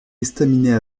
estaminets